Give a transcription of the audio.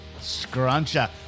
Scruncher